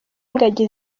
ingagi